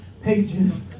pages